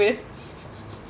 with